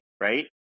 right